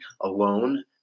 alone